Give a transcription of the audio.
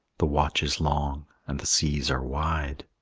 the watch is long, and the seas are wide.